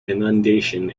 inundation